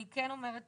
אני כן אומרת,